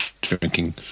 drinking